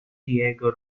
diego